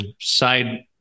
side